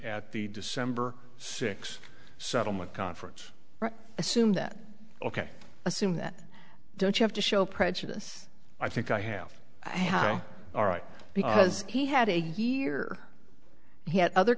at the december six settlement conference assume that ok assume that don't you have to show prejudice i think i have i have all right because he had a here he had other